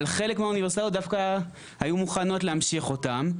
אבל חלק מהאוניברסיטאות דווקא היו מוכנות להמשיך אותם.